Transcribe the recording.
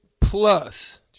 plus